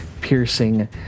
piercing